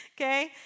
Okay